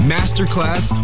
Masterclass